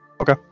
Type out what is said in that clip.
Okay